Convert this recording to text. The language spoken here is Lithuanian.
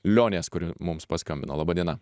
lionės kuri mums paskambino laba diena